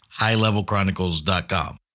highlevelchronicles.com